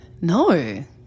No